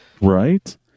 Right